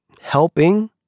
helping